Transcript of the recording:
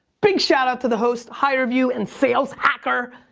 big shout out to the host hirevue and sales hacker.